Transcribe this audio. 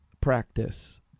practice